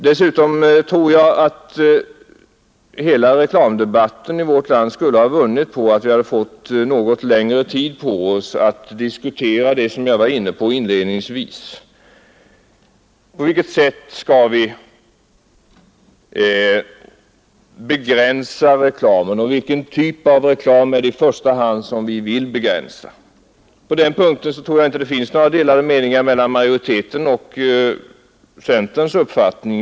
Dessutom tror jag att hela reklamdebatten i vårt land skulle ha vunnit på att vi fått längre tid på oss för att diskutera vad jag var inne på inledningsvis. På vilket sätt skall vi begränsa reklamen och vilken typ av reklam är det som vi i första hand vill begränsa? På den punkten tror jag inte det finns några delade meningar mellan utskottsmajoriteten och centern.